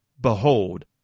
Behold